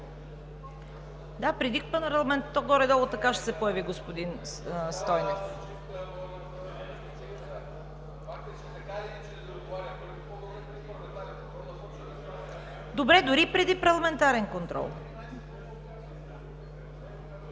е – преди парламентарния контрол.